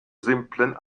simplen